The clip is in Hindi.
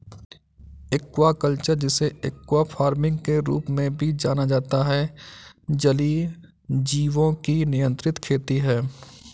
एक्वाकल्चर, जिसे एक्वा फार्मिंग के रूप में भी जाना जाता है, जलीय जीवों की नियंत्रित खेती है